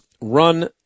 run